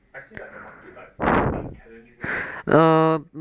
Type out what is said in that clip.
I see like the market like 很 challenging line 的